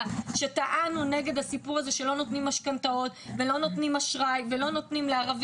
שטענו נגד הסיפור הזה שלא נותנים משכנתאות ולא נותנים אשראי לערבים,